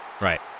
right